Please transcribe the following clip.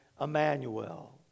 Emmanuel